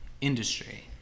industry